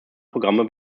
programme